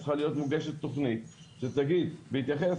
צריכה להיות מוגשת תוכנת שתגיד: בהתייחס